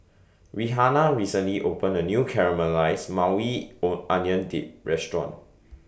Rihanna recently opened A New Caramelized Maui O Onion Dip Restaurant